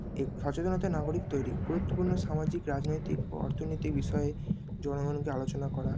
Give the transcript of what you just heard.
এ সচেতনতা নাগরিক তৈরি গুরুত্বপূর্ণ সামাজিক রাজনৈতিক ও অর্থনৈতিক বিষয়ে জনগণকে আলোচনা করা